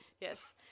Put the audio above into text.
Yes